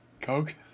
Coke